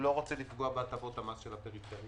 לא רוצה לפגוע בהטבות המס של הפריפריה,